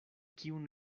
kiun